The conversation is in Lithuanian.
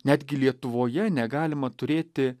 netgi lietuvoje negalima turėti